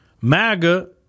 MAGA